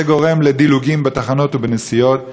זה גורם לדילוגים בתחנות ובנסיעות.